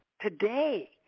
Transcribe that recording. today